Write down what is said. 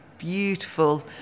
beautiful